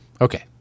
Okay